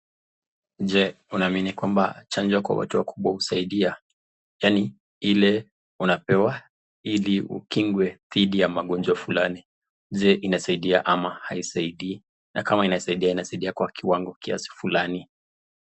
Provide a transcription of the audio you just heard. Je kuna venye kwamba chanjo kwa watu wakubwa husaidia? Yani ile unapewa ili ukingwe dhidi ya magojwa fulani. Jee inasaidia ama haisaidii? Nakama inasaidia inasaidia kwa kiwango kiasi fulani.